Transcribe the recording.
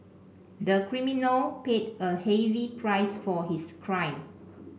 the criminal paid a heavy price for his crime